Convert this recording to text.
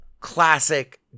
classic